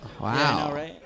Wow